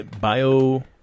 Bio